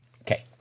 Okay